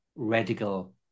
radical